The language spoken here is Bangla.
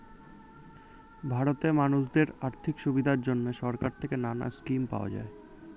ভারতে মানুষদের আর্থিক সুবিধার জন্যে সরকার থেকে নানা স্কিম পাওয়া যায়